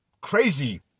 crazy